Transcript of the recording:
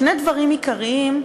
שני דברים עיקריים,